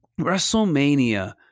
WrestleMania